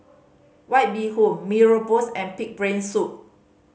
White Bee Hoon Mee Rebus and pig brain soup